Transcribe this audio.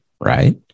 right